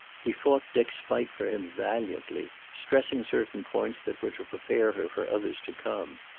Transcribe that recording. he fought dick's fight for him valiantly, stressing certain points that were to prepare her for others to come.